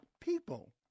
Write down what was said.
people